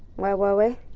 where were we?